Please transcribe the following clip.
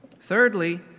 Thirdly